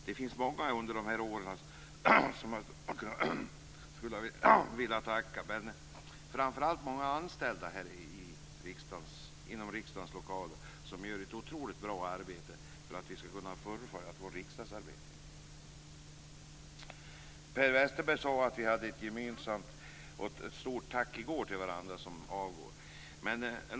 Det är många som jag efter mina år här i riksdagen skulle vilja tacka. Framför allt gäller det många anställda i riksdagens lokaler som gör ett otroligt bra jobb för att vi skall kunna fullfölja vårt riksdagsarbete. Per Westerberg talade om ett gemensamt stort tack till varandra i går. Det gäller då oss som avgår.